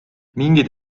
mingeid